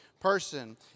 person